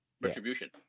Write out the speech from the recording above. retribution